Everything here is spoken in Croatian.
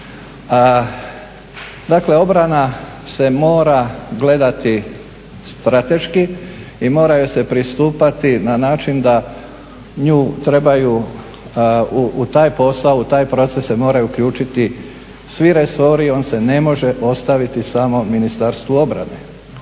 Dakle, obrana se mora gledati strateški i moraju joj se pristupati na način da nju trebaju u taj posao, u taj proces se moraju uključiti svi resori, on se ne može ostaviti samo Ministarstvu obrane.